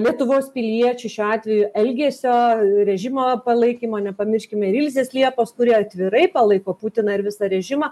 lietuvos piliečių šiuo atveju elgesio režimo palaikymo nepamirškime ir ilzės liepos kuri atvirai palaiko putiną ir visą režimą